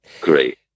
Great